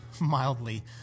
mildly